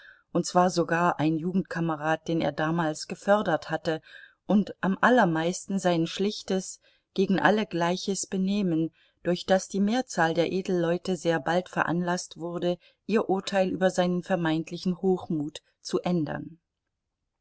und zwar sogar ein jugendkamerad den er damals gefördert hatte und am allermeisten sein schlichtes gegen alle gleiches benehmen durch das die mehrzahl der edelleute sehr bald veranlaßt wurde ihr urteil über seinen vermeintlichen hochmut zu ändern